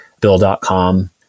Bill.com